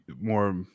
more